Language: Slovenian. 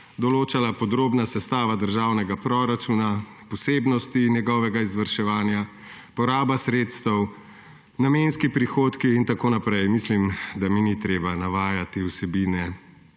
določala podrobna sestava državnega proračuna, posebnosti njegovega izvrševanja, poraba sredstev, namenski prihodki in tako naprej. Mislim, da mi ni treba navajati vsebine